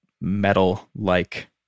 metal-like